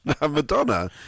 Madonna